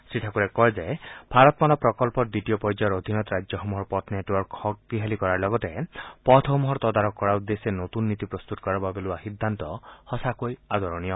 শ্ৰীঠাকুৰে কয় যে ভাৰতমালা প্ৰকল্পৰ দ্বিতীয় পৰ্যায়ৰ অধীনত ৰাজ্যসমূহৰ পথ নেটৱৰ্ক শক্তিশালী কৰাৰ লগতে পথসমূহৰ তদাৰক কৰাৰ বাবে নতুন নীতি প্ৰস্তুত কৰাৰ বাবে লোৱা সিদ্ধান্ত সঁচাকৈয়ে আদৰণীয়